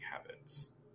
habits